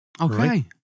Okay